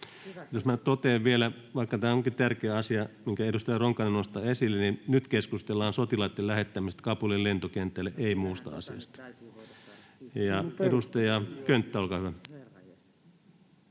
Jos minä nyt totean vielä — vaikka tämä onkin tärkeä asia, minkä edustaja Ronkainen nosti esille — että nyt keskustellaan sotilaitten lähettämisestä Kabulin lentokentälle, ei muusta asiasta. [Perussuomalaisten ryhmästä: